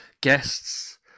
guests